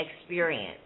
experience